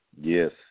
Yes